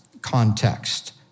context